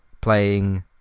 playing